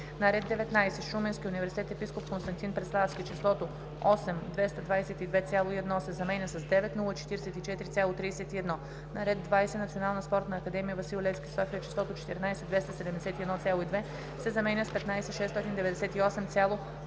на ред 19. Шуменски университет „Епископ Константин Преславски“ числото „8 222,1“ се заменя с „9 044,31“. - на ред 20. Национална спортна академия „Васил Левски“ – София, числото „14 271,2“ се заменя с „15 698,32“.